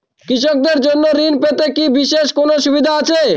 কৃষকদের জন্য ঋণ পেতে কি বিশেষ কোনো সুবিধা আছে?